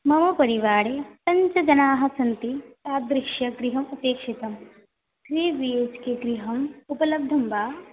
मम परिवारे पञ्च जनाः सन्ति तादृशगृहम् अपेक्षितं थ्री बी एच् के गृहम् उपलब्धं वा